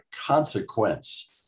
consequence